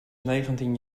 negentien